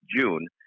June